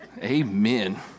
Amen